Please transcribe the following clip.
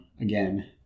again